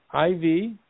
IV